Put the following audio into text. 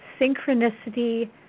synchronicity